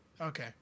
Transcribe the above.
Okay